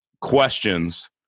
questions